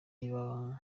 aba